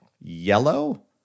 yellow